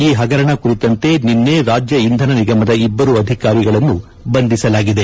ಈ ಹಗರಣ ಕುರಿತಂತೆ ನಿನ್ನೆ ರಾಜ್ಯ ಇಂಧನ ನಿಗಮದ ಇಬ್ಲರು ಅಧಿಕಾರಿಗಳನ್ನು ಬಂಧಿಸಲಾಗಿದೆ